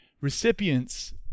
recipients